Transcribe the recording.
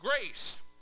grace